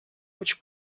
which